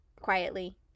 quietly